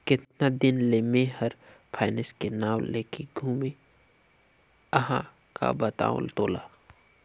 केतना दिन ले मे हर फायनेस के नाव लेके घूमें अहाँ का बतावं तोला